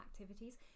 activities